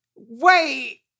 Wait